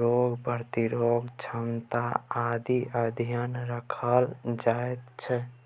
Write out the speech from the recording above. रोग प्रतिरोधक क्षमता आदिक ध्यान राखल जाइत छै